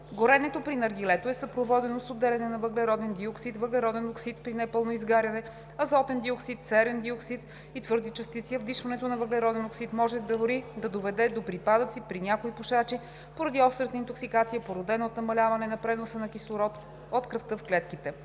Горенето при наргилето е съпроводено с отделяне на въглероден диоксид, въглероден оксид при непълно изгаряне, азотен диоксид, серен диоксид и твърди частици, а вдишването на въглероден оксид може дори да доведе до припадъци при някои пушачи поради острата интоксикация, породена от намаляване на преноса на кислород от кръвта в клетките.